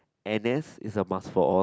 n_s is a must for all